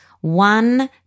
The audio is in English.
one